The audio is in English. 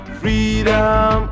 freedom